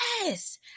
yes